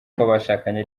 kw’abashakanye